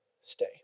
stay